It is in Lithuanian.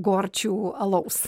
gorčių alaus